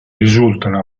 risultano